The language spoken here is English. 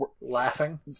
laughing